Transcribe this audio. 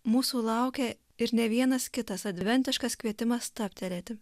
mūsų laukia ir ne vienas kitas adventiškas kvietimas stabtelėti